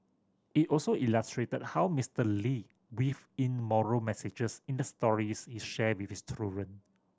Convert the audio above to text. it also illustrated how Mister Lee weaved in moral messages in the stories he shared with his children